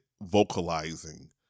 vocalizing